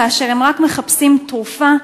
כאשר הם רק מחפשים תרופה לבני-משפחותיהם,